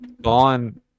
Gone